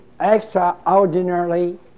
extraordinarily